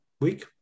week